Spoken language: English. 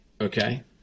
Okay